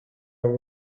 are